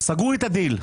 סגרו איתה דיל.